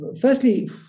firstly